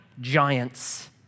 giants